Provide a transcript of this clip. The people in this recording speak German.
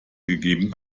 gegeben